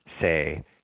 say